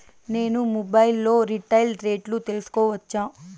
నేను మొబైల్ లో రీటైల్ రేట్లు తెలుసుకోవచ్చా?